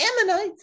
Ammonites